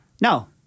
No